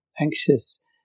anxious